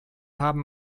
haben